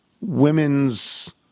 Women's